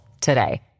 today